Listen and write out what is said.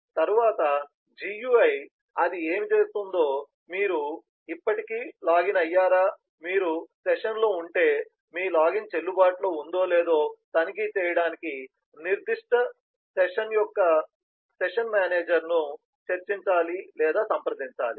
తరువాత GUI అది ఏమి చేస్తుందో మీరు ఇప్పటికే లాగిన్ అయ్యారా మీరు సెషన్లో ఉంటే మీ లాగిన్ చెల్లుబాటులో ఉందో లేదో తనిఖీ చేయడానికి నిర్దిష్ట సెషన్ యొక్క సెషన్ మేనేజర్ను చర్చించాలి లేదా సంప్రదించాలి